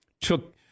took